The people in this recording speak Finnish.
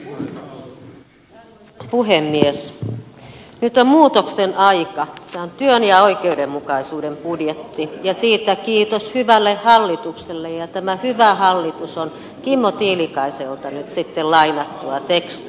nyt on muutoksen aika tämä on työn ja oikeudenmukaisuuden budjetti ja siitä kiitos hyvälle hallitukselle ja tämä hyvä hallitus on kimmo tiilikaiselta nyt sitten lainattua tekstiä